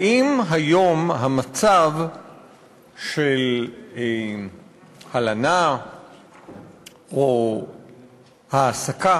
האם היום המצב של הלנה או העסקה